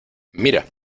mira